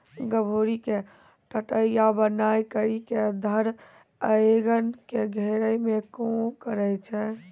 गभोरी के टटया बनाय करी के धर एगन के घेरै मे काम करै छै